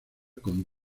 con